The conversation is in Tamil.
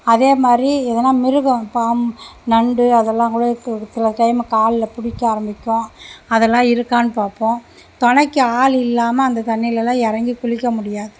அதேமாதிரி எதனா மிருகம் பாம் நண்டு அதெல்லாம் கூட ஒரு சில டைம் காலில் பிடிக்க ஆரம்பிக்கும் அதெல்லாம் இருக்கானு பார்ப்போம் துணைக்கி ஆளு இல்லாமல் அந்த தண்ணியிலலாம் இறங்கி குளிக்க முடியாது